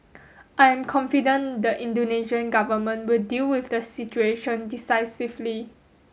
I am confident the Indonesian Government will deal with the situation decisively